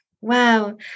Wow